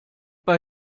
bei